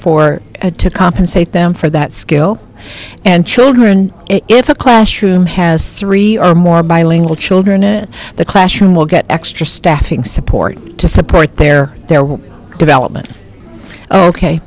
for to compensate them for that skill and children if a classroom has three or more bilingual children in the classroom will get extra staffing support to support their development ok